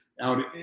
out